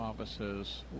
offices